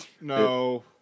no